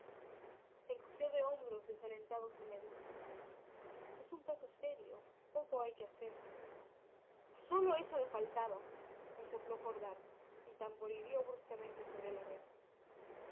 se encogió de hombros desalentado su médico es un caso serio poco hay que hacer sólo eso me faltaba resopló jordán y tamborileó bruscamente sobre la mesa